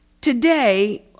Today